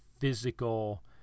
physical